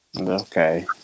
Okay